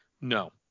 No